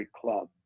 club